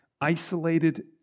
Isolated